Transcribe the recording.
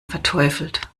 verteufelt